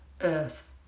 earth